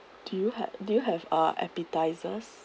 do you ha~ do you have uh appetisers